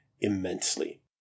immensely